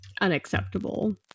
unacceptable